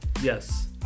Yes